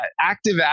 active